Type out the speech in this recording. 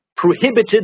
Prohibited